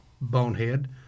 bonehead